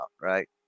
right